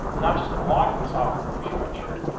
not just the blogging software infrastructure,